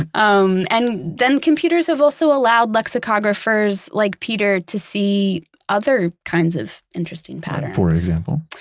um and then computers have also allowed lexicographers, like peter, to see other kinds of interesting patterns for example?